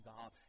God